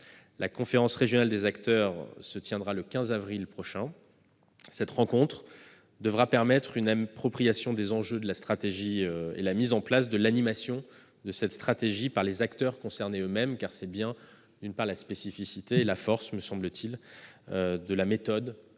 La conférence régionale des acteurs se tiendra le 15 avril prochain. Cette rencontre devra permettre une appropriation des enjeux de la stratégie et la mise en place de l'animation de cette stratégie par les acteurs concernés, car c'est bien la spécificité et la force de la méthode